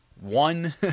one